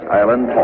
island